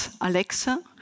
Alexa